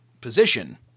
position